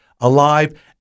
alive